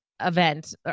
event